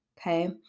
okay